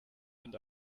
and